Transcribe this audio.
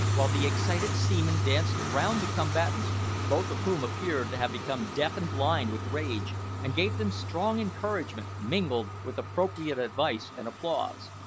while the excited seaman danced round the combatants both of whom appeared to have become deaf and blind with rage and gave them strong encouragement, mingled with appropriate advice and applause.